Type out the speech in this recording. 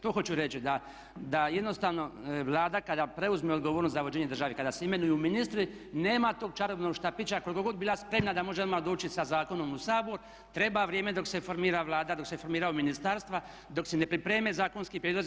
To hoću reći, da jednostavno Vlada kada preuzme odgovornost za vođenje države, kada se imenuju ministri nema tog čarobnog štapića koliko god bila spremna da može odmah doći sa zakonom u Sabor treba vrijeme dok se formira Vlada, dok se formiraju ministarstva, dok se ne pripreme zakonski prijedlozi.